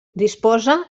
disposa